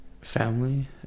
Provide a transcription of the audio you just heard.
Family